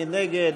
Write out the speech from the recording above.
מי נגד?